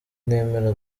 nemera